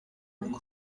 mukuru